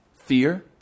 fear